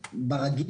ברגיל,